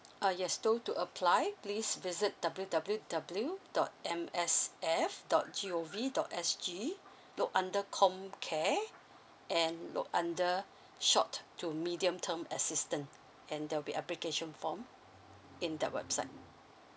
uh yes so to apply please visit W W W dot M S F dot G O V dot S G look under comcare and look under short to medium term assistant and there'll be application form in that website